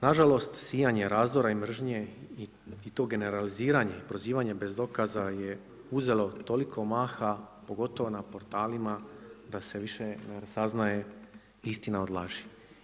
Nažalost sijanje razdora i mržnje i to generaliziranje, prozivanje bez dokaza je uzelo toliko maha pogotovo na portalima da se više saznaje istina od laži.